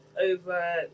over